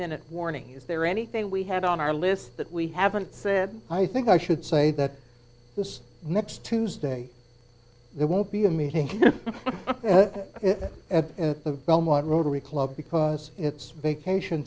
minute warning is there anything we had on our list that we haven't said i think i should say that this next tuesday there will be a meeting at the belmont rotary club because it's vacation